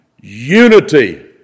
unity